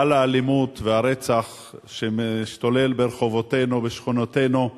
גל האלימות, והרצח שמשתולל ברחבותינו, בשכונותינו,